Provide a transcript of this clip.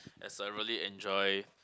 as I really enjoy